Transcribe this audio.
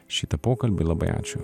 šitą pokalbį labai ačiū